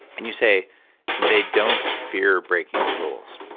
and you say they don't fear breaking the rules.